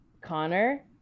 connor